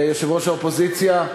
יושב-ראש האופוזיציה.